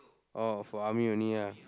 orh for army only ah